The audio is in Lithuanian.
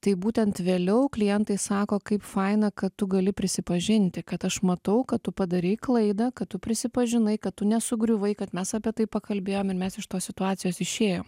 tai būtent vėliau klientai sako kaip faina kad tu gali prisipažinti kad aš matau kad tu padarei klaidą kad tu prisipažinai kad tu nesugriuvai kad mes apie tai pakalbėjom ir mes iš tos situacijos išėjom